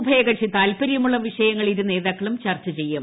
ഉഭയകക്ഷി താല്പര്യമുള്ള വിഷയങ്ങൾ ഇരുനേതാക്കളും ചർച്ച ചെയ്യും